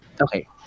Okay